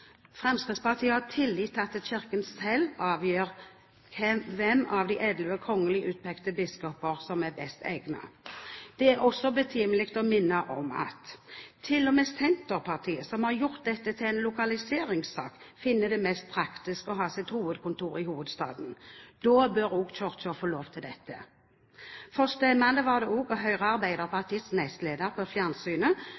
Fremskrittspartiet har tillit til at Kirken selv avgjør hvem av de elleve kongelig utpekte biskoper som er best egnet. Det er også betimelig å minne om at til og med Senterpartiet, som har gjort dette til en lokaliseringssak, finner det mest praktisk å ha sitt hovedkontor i hovedstaden. Da bør også Kirken få lov til dette. Forstemmende var det også å